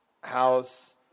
house